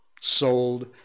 sold